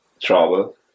travel